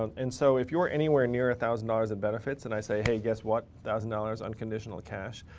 um and so if you're anywhere near a thousand hours of benefits and i say, hey, guess what? thousand dollars, unconditional cash,